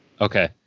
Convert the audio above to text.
okay